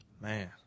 Man